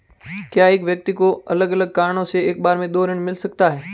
क्या एक व्यक्ति दो अलग अलग कारणों से एक बार में दो ऋण ले सकता है?